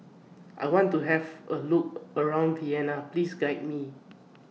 I want to Have A Look around Vienna Please Guide Me